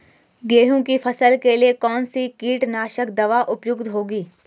गेहूँ की फसल के लिए कौन सी कीटनाशक दवा उपयुक्त होगी?